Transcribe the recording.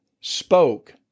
spoke